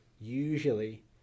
usually